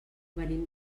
venim